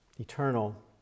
eternal